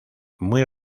muy